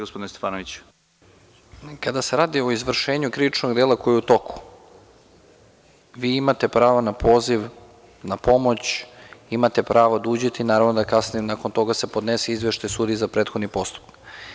Kada se radi o izvršenju krivičnog dela koje je u toku, vi imate pravo na poziv na pomoć, imate pravo da uđete i, naravno, kasnije nakon toga se podnese izveštaj sudiji za prethodni postupak.